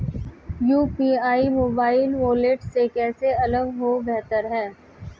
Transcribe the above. UPI mobile wallet से कैसे अलग और बेहतर है?